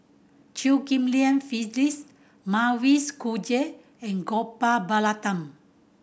Chew Ghim Lian Phyllis Mavis Khoo and Gopal Baratham